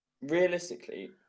Realistically